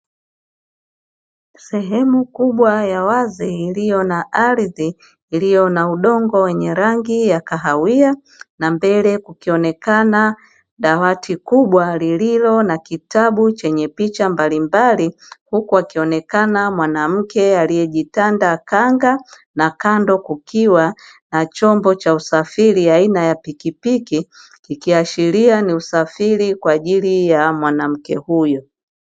Sehemu kubwa ya wazi iliyo na ardhi yenye udongo wa rangi ya kahawia, mbele yake kukionekana dawati kubwa lililo na kitabu chenye picha mbalimbali, huku akionekana mwanamke aliyevalia kanga na kando kukiwa na chombo cha usafiri aina ya pikipiki, ikiashiria ni usafiri kwa ajili ya mwanamke huyo.